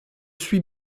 suis